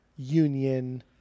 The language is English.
union